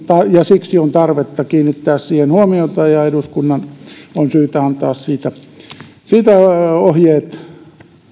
ja siksi on tarvetta kiinnittää siihen huomiota ja eduskunnan on syytä antaa siitä ohjeet